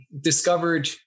discovered